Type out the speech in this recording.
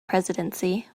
presidency